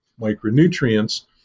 micronutrients